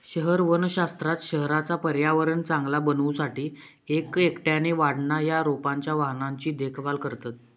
शहर वनशास्त्रात शहराचा पर्यावरण चांगला बनवू साठी एक एकट्याने वाढणा या रोपांच्या वाहनांची देखभाल करतत